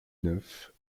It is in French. neuf